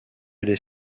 les